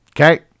Okay